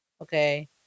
okay